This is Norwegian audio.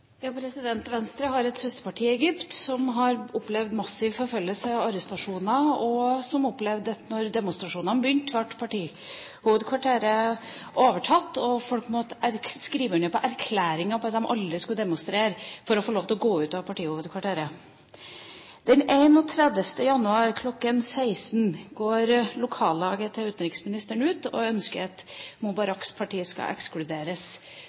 Venstre har et søsterparti i Egypt som har opplevd massiv forfølgelse og arrestasjoner, og som da demonstrasjonene begynte, opplevde at partihovedkvarteret ble overtatt. For å få lov til å gå ut av partihovedkvarteret måtte folk skrive under på erklæringer om at de aldri skulle demonstrere. Den 31. januar kl. 16 går lokallaget til utenriksministeren ut og ønsker at Mubaraks parti skal ekskluderes